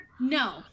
No